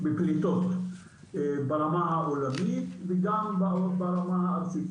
בפליטות ברמה העולמית וגם ברמה הארצית.